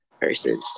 person